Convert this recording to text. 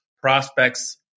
prospects